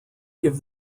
gave